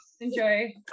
Enjoy